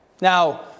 Now